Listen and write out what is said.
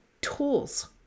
tools